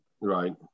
Right